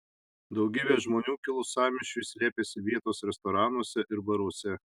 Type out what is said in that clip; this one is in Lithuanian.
daugybė žmonių kilus sąmyšiui slėpėsi vietos restoranuose ir baruose